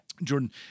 Jordan